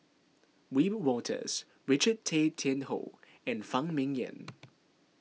Wiebe Wolters Richard Tay Tian Hoe and Phan Ming Yen